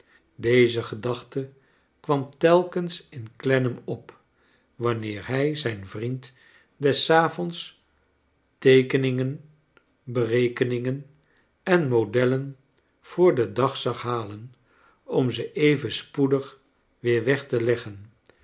deze gedachte kwam telkens in clennam op wanneer hrj zijn vriend des avonds teekeningen berekeningen en modellen voor den dag zag halen om ze even spoedig weer weg te leggen